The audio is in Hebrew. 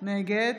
נגד